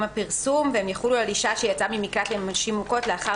הפרסום והם יחולו על אישה שיצאה ממקלט לנשים מוכות לאחר